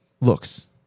looks